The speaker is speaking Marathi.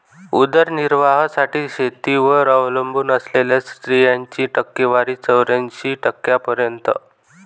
उदरनिर्वाहासाठी शेतीवर अवलंबून असलेल्या स्त्रियांची टक्केवारी चौऱ्याऐंशी टक्क्यांपर्यंत